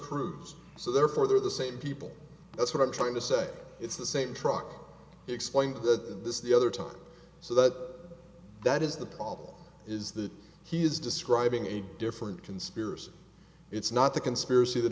cruz so therefore they're the same people that's what i'm trying to say it's the same truck explained that this is the other time so that that is the problem is that he is describing a different conspiracy it's not the conspiracy that